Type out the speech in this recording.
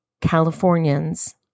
Californians